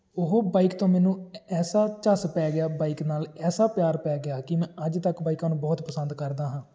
ਉਹ ਬਾਈਕ ਤੋਂ ਮੈਨੂੰ ਐਸਾ ਝਸ ਪੈ ਗਿਆ ਬਾਈਕ ਨਾਲ ਐਸਾ ਪਿਆਰ ਪੈ ਗਿਆ ਕਿ ਮੈਂ ਅੱਜ ਤੱਕ ਬਾਈਕਾਂ ਨੂੰ ਬਹੁਤ ਪਸੰਦ ਕਰਦਾ ਹਾਂ